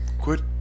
Quit